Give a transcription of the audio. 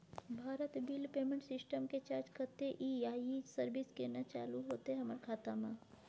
Bharat bill payment system के charge कत्ते इ आ इ सर्विस केना चालू होतै हमर खाता म?